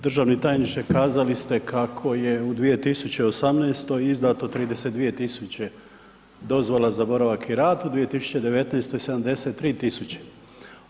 Državni tajniče kazali ste kako je u 2018. izdato 32.000 dozvola za boravak i rad, u 2019. 73.000.